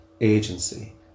Agency